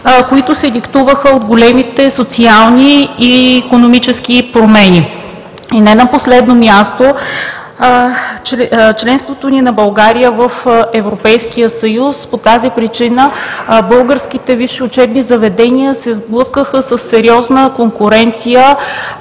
които се диктуваха от големите социални и икономически промени, и не на последно място, членството на България в Европейския съюз. По тази причина българските висши учебни заведения се сблъскаха със сериозна конкуренция